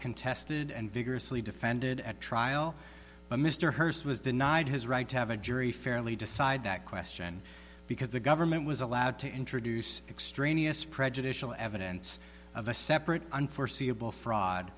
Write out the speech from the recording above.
contested and vigorously defended at trial mr hurst was denied his right to have a jury fairly decide that question because the government was allowed to introduce extraneous prejudicial evidence of a separate unforeseeable fraud